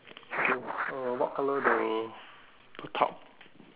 okay uh what colour the the tarp